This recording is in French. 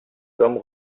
comme